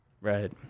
Right